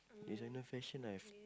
designer fashion I've